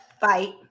fight